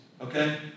okay